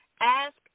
ask